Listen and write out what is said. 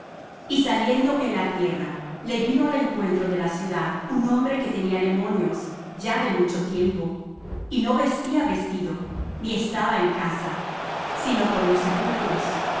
y saliendo él á tierra le vino al encuentro de la ciudad un hombre que tenía demonios ya de mucho tiempo y no vestía vestido ni estaba en casa sino por los sepulcros